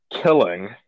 killing